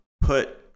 put